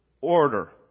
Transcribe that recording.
order